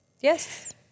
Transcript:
Yes